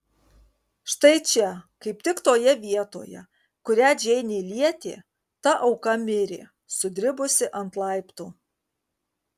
štai čia kaip tik toje vietoje kurią džeinė lietė ta auka mirė sudribusi ant laiptų